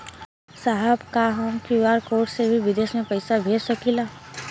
साहब का हम क्यू.आर कोड से बिदेश में भी पैसा भेज सकेला?